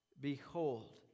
Behold